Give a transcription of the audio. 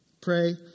Pray